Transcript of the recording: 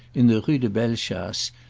in the rue de bellechasse,